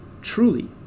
Truly